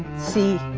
c